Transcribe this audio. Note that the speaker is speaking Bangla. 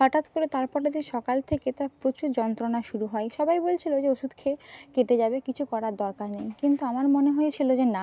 হঠাৎ করে তারপরের দিন সকাল থেকে তার প্রচুর যন্ত্রণা শুরু হয় সবাই বলছিল যে ওষুধ খেয়ে কেটে যাবে কিছু করার দরকার নেই কিন্তু আমার মনে হয়েছিল যে না